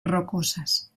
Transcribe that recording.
rocosas